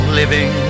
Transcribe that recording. living